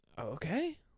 okay